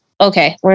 okay